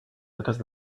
because